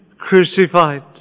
crucified